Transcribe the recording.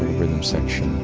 rhythm section,